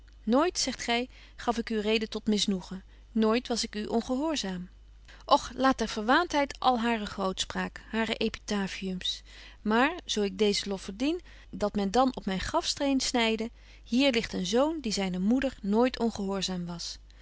nooit zegt gy gaf ik u reden tot misnoegen nooit was ik u ongehoorzaam och laat der verwaantheid al hare grootspraak hare epitafiums maar zo ik deezen lof verdien dat men dan op myn grafsteen snyde hier ligt een zoon die zyne moeder nooit ongehoorzaam was